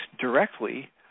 directly